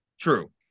True